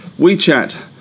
WeChat